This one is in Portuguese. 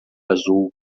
azul